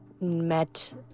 met